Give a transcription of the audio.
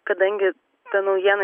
kadangi ta naujiena